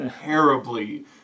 terribly